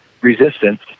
Resistance